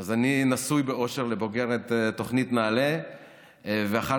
אז אני נשוי באושר לבוגרת תוכנית נעל"ה ואחר